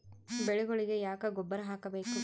ಬೆಳಿಗೊಳಿಗಿ ಯಾಕ ಗೊಬ್ಬರ ಹಾಕಬೇಕು?